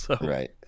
Right